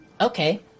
Okay